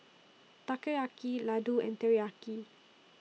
Takoyaki Ladoo and Teriyaki